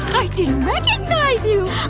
i didn't recognize you.